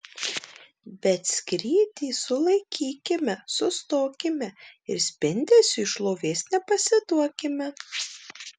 bet skrydį sulaikykime sustokime ir spindesiui šlovės nepasiduokime